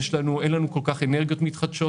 אין לנו כל כך אנרגיות מתחדשות,